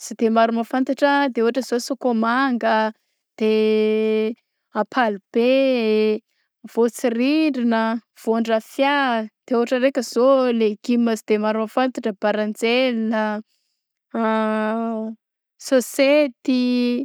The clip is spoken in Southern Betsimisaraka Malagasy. Sy de maro mafantatra zao de ôhatra zao sakômanga de ampalibe, vaotsirindrina vaondrafia, de ôhatra ndraika zao legioma sy de maro mafantatra baranjely a sôsety.